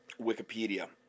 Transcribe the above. wikipedia